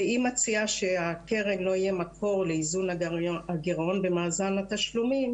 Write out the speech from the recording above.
היא מציעה שהקרן לא תהיה מקור לאיזון הגירעון במאזן התשלומים